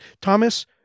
Thomas